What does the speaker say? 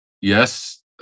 yes